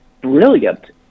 brilliant